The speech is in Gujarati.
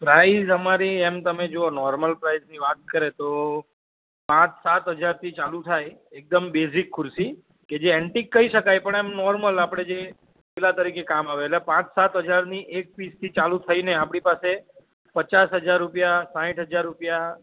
પ્રાઇસ અમારી એમ તમે જોવો નોર્મલ પ્રાઈસની વાત કરે તો પાંચ સાત હજારથી ચાલુ થાય એકદમ બેઝિક ખુરશી કે જે એન્ટિક કહી શકાય પણ એમ નોર્મલ આપણે જે પેલા તરીકે કામ આવે એટલે પાંચ સાત હજારની એક પીસથી ચાલુ થઈ ને આપણી પાસે પચાસ હજાર રૂપિયા સાંઠ હજાર રૂપિયા